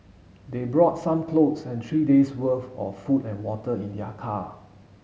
they brought some clothes and three days' worth of food and water in their car